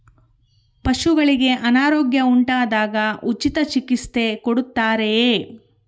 ಪಶುಗಳಿಗೆ ಅನಾರೋಗ್ಯ ಉಂಟಾದಾಗ ಉಚಿತ ಚಿಕಿತ್ಸೆ ಕೊಡುತ್ತಾರೆಯೇ?